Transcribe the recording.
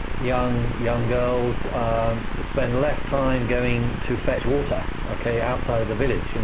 young young girls spend less time going to fetch water, okay? outside of the village. and